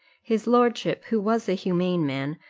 his lordship, who was a humane man,